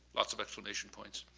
lots of exclamation points.